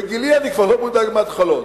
בגילי אני כבר לא מודאג מהתחלות,